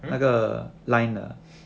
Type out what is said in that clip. hmm